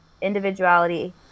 individuality